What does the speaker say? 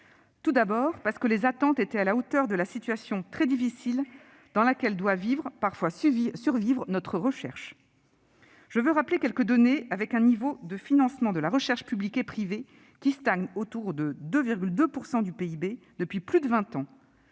tout d'abord, parce que les attentes étaient à la hauteur de la situation très difficile dans laquelle doit vivre, parfois survivre, notre recherche. Je veux rappeler quelques données : avec un niveau de financement de la recherche publique et privée qui stagne autour de 2,2 % du PIB depuis plus de vingt